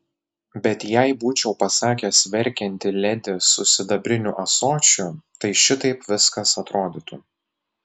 bet jei būčiau pasakęs verkianti ledi su sidabriniu ąsočiu tai šitaip viskas atrodytų